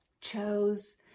chose